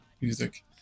music